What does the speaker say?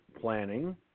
planning